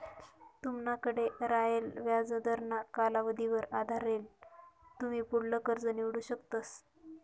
तुमनाकडे रायेल व्याजदरना कालावधीवर आधारेल तुमी पुढलं कर्ज निवडू शकतस